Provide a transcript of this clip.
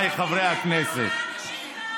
נתתם לחתולים ולא לאנשים.